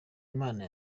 imana